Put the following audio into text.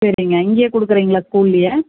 சரிங்க இங்கேயே கொடுக்கறீங்களா ஸ்கூல்லேயே